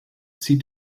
zieht